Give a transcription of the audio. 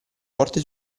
forte